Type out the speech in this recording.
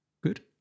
Good